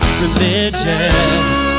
religious